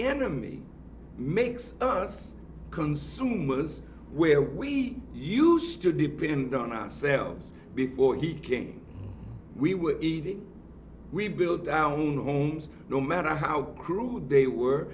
enemy makes us consumers where we used to be been done ourselves before he came we were eating rebuild our own homes no matter how crude they were